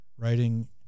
writing